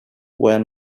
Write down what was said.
where